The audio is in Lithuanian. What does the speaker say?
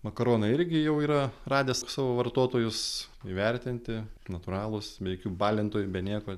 makaronai irgi jau yra radę savo vartotojus įvertinti natūralūs be jokių balintojų be nieko